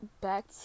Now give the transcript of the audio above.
back